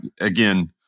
again